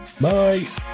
bye